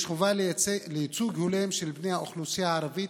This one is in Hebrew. יש חובה לייצוג הולם של בני האוכלוסייה הערבית